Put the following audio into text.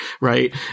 right